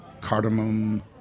cardamom